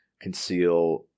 conceal